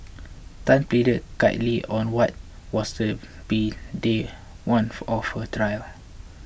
Tan pleaded guilty on what was to be day one of her trial